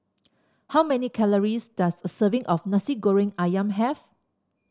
how many calories does a serving of Nasi Goreng ayam have